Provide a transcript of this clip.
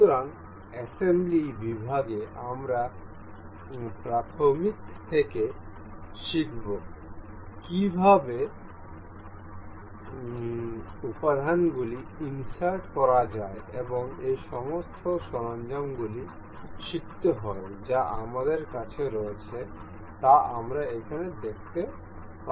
সুতরাং অ্যাসেম্বলি বিভাগে আমরা প্রাথমিক থেকে শিখব কীভাবে উপাদানগুলি ইন্সার্ট করা যায় এবং এই সমস্ত সরঞ্জামগুলি শিখতে হয় যা আমাদের কাছে রয়েছে তা আমরা এখানে দেখতে পারি